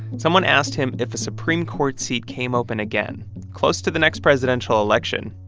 someone asked him if a supreme court seat came open again close to the next presidential election,